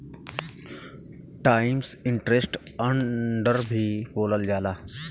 times interest earned भी बोलल जाला